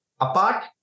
apart